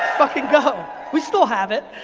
fucking go, we still have it.